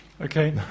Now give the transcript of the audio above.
Okay